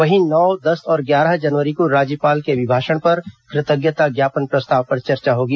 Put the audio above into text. वहीं नौ दस और ग्यारह जनवरी को राज्यपाल के अभिभाषण पर कृतज्ञता ज्ञापन प्रस्ताव पर चर्चा होगी